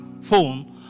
phone